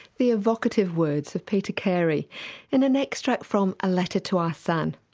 the evocative words of peter carey in an extract from a letter to our son.